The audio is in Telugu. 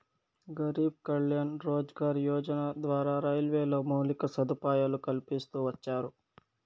గరీబ్ కళ్యాణ్ రోజ్గార్ యోజన ద్వారా రైల్వేలో మౌలిక సదుపాయాలు కల్పిస్తూ వచ్చారు